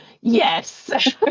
yes